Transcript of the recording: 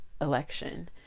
election